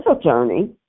attorney